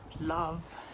love